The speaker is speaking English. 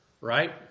right